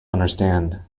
understand